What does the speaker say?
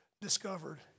discovered